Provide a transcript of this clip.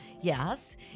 Yes